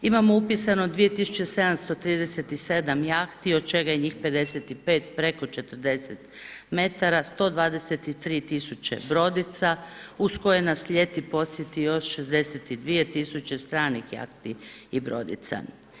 Imamo upisano 2737 jahti od čega je njih 55 preko 40 metara, 123 tisuće brodica uz koje nas ljeti posjeti još 62 tisuće stranih jahti i brodica.